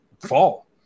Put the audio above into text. fall